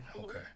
Okay